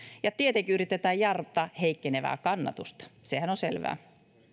ja tietenkin yritetään jarruttaa heikkenevää kannatusta sehän on selvää